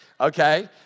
Okay